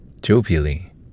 Jovially